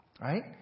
Right